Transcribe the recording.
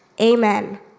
amen